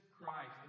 Christ